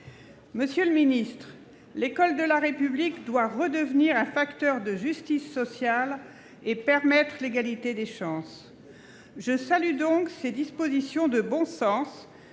Monsieur le ministre, l'école de la République doit redevenir un facteur de justice sociale et permettre l'égalité des chances. Je salue donc ces dispositions de bon sens